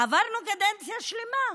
עברנו קדנציה שלמה,